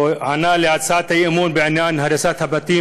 או ענה להצעת האי-אמון בעניין הריסת הבתים,